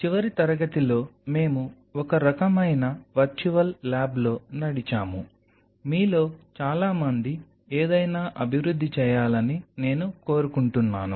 చివరి తరగతిలో మేము ఒక రకమైన వర్చువల్ ల్యాబ్లో నడిచాము మీలో చాలామంది ఏదైనా అభివృద్ధి చేయాలని నేను కోరుకుంటున్నాను